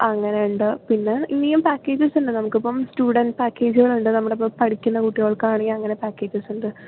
അങ്ങനെയുണ്ട് പിന്നെ ഇനിയും പാക്കേജസ് ഉണ്ട് നമുക്ക് ഇപ്പോൾ സ്റ്റുഡൻറ് പാക്കേജുകളുണ്ട് നമ്മുടെ ഇപ്പോൾ പഠിക്കുന്ന കുട്ടികൾക്ക് ആണെങ്കിൽ അങ്ങനെ പാക്കേജസ് ഉണ്ട്